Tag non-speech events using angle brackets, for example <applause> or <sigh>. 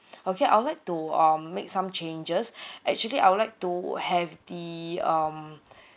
okay I would like to um make some changes <breath> actually I would like to have the um